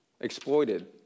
exploited